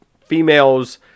females